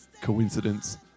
coincidence